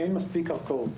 אין מספיק קרקעות.